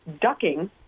Ducking